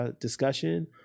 discussion